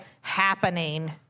happening